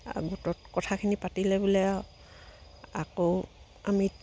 গোটত কথাখিনি পাতিলে বোলে আৰু আকৌ আমি